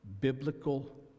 biblical